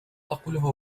تقوله